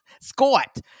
Scott